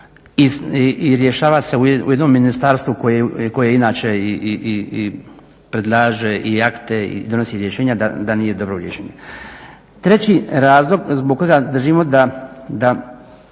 i rješava se u jednom ministarstvu koje inače predlaže i akte i donosi rješenja, da nije dobro rješenje. Treći razlog zbog kojega držimo da